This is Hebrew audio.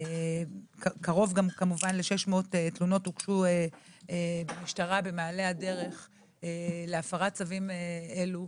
קרוב ל-600 תלונות הוגשו למשטרה במעלה הדרך להפרת צווים אלו.